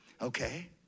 Okay